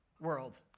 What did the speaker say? world